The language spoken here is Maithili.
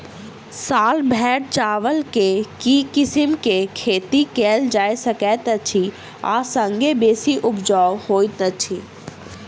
साल भैर चावल केँ के किसिम केँ खेती कैल जाय सकैत अछि आ संगे बेसी उपजाउ होइत अछि?